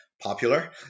popular